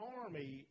army